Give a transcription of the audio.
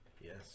Yes